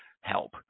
help